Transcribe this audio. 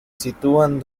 sitúan